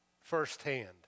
firsthand